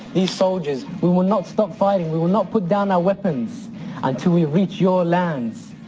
these soldiers, we will not stop fighting, we will not put down our weapons until we reach your lands.